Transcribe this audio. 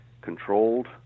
controlled